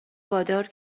وادار